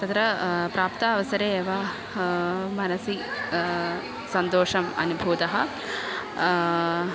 तत्र प्राप्तावसरे एव मनसि सन्तोषम् अनुभूतः